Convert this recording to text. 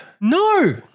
No